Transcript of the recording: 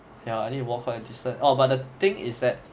yeah I need to walk quite a distance orh but the thing is that